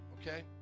okay